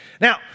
Now